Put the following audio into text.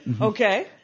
Okay